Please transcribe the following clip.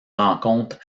rencontre